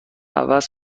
عوض